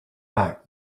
back